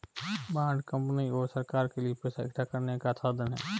bond company और सरकार के लिए पैसा इकठ्ठा करने का साधन है